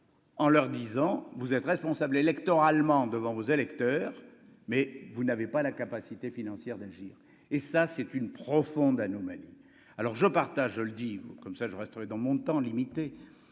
en leur disant : vous êtes responsables électoralement devant vos électeurs mais vous n'avez pas la capacité financière d'agir, et ça c'est une profonde anomalie alors je partage le dit comme ça, je resterai dans mon temps limité